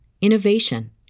innovation